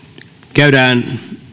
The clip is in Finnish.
käydään